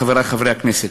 חברי חברי הכנסת,